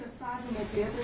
testavimo plėtrai